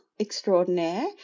extraordinaire